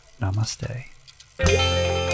namaste